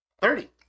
Thirty